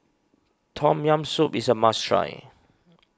Tom Yam Soup is a must try